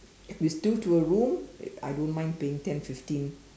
if it's two to a room I don't mind paying ten fifteen